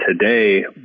today